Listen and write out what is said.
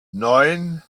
neun